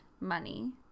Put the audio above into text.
money